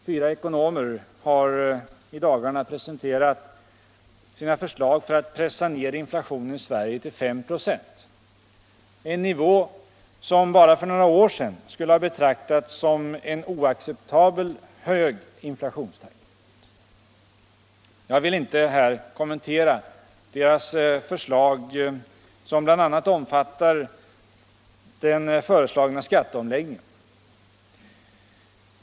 Fyra ekonomer har i dagarna presenterat sina förslag för att pressa ner in Nationen i Sverige till 5 926 — en nivå som bara för några år sedan skulle ha betraktats som en oacceptabelt hög inflationstakt. Jag vill inte här kommentera deras förslag som bl.a. omfattar den föreslagna skatteomläggningen.